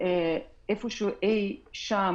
אי-שם